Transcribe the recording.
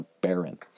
barren